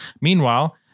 Meanwhile